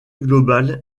globale